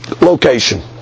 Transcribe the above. location